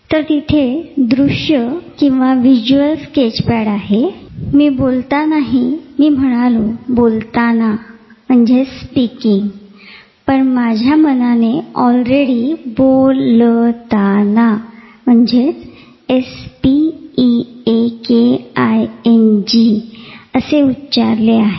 तर तिथे दृश्य विज्युअल स्केचपॅड आहे मी बोलत आहे मी म्हणालो बोलताना पण माझ्या मनाने ऑल्ररेडी बो ल त ना असे उच्चारले आहे